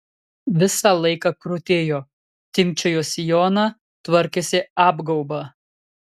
visą laiką krutėjo timpčiojo sijoną tvarkėsi apgaubą